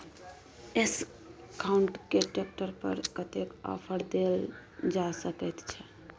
Escort के tractor पर कतेक ऑफर दैल जा सकेत छै?